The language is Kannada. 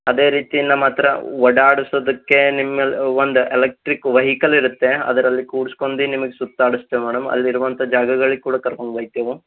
ಅದೇ ರೀತಿ ನಮ್ಮ ಹತ್ರ ಓಡಾಡ್ಸೋದಕ್ಕೆ ನಿಮ್ಮೆಲ್ಲ ಒಂದು ಎಲೆಕ್ಟ್ರಿಕ್ ವಹಿಕಲ್ ಇರುತ್ತೆ ಅದರಲ್ಲಿ ಕೂರ್ಸ್ಕೊಂಡಿ ನಿಮಗೆ ಸುತ್ತಾಡ್ಸ್ತೇವೆ ಮೇಡಮ್ ಅಲ್ಲಿರುವಂಥ ಜಾಗಗಳಿಗೆ ಕೂಡ ಕರ್ಕೊಂಡೊಯ್ತೇವೆ